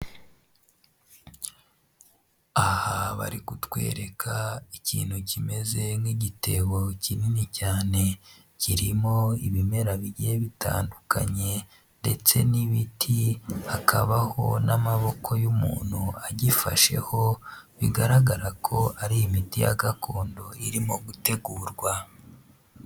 Aha bari kutwereka ikintu kimeze nk'igitebo kinini cyane, kirimo ibimera bigiye bitandukanye ndetse n'ibiti, hakabaho n'amaboko y'umuntu agifasheho. Bigaragara ko ari imiti ya gakondo irimo gutegurwa.